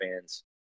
fans